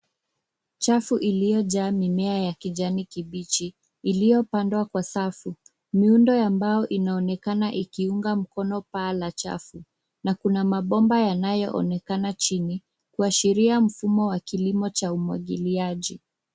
Chafu iliyojaa mimea ya kijani kibichi, iliyopandwa kwa safu. Miundo ya mbao inaonekana ikiunga mkono paa la chafu, na kuna mabomba yanayoonekana chini, kuashiria mfumo wa kilimo cha umwagiliaji.